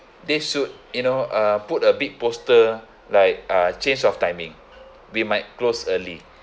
they should you know uh put a big poster like uh change of timing we might close early